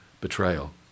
betrayal